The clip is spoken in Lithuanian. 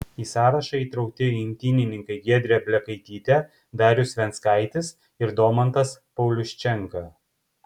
į sąrašą įtraukti imtynininkai giedrė blekaitytė darius venckaitis ir domantas pauliuščenka